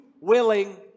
willing